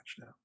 now